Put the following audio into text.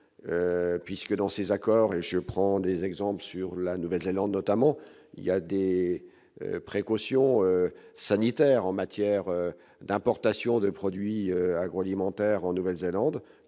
puisque dans ces accords, je prends des exemples sur la Nouvelle-Zélande, notamment il y a dès précautions sanitaires en matière d'importation de produits agroalimentaires en Nouvelle-Zélande